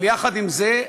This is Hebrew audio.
אבל יחד עם זה,